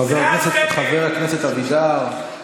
חבר הכנסת אבידר,